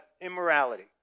immorality